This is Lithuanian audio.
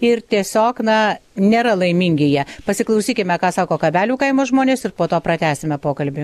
ir tiesiog na nėra laimingi jie pasiklausykime ką sako kabelių kaimo žmonės ir po to pratęsime pokalbį